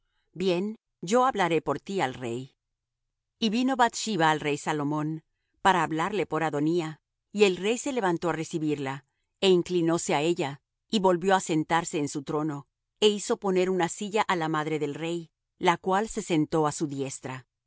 bien yo hablaré por ti al rey y vino bath sheba al rey salomón para hablarle por adonía y el rey se levantó á recibirla é inclinóse á ella y volvió á sentarse en su trono é hizo poner una silla á la madre del rey la cual se sentó á su diestra